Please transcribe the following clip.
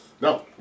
No